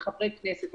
וחברי כנסת,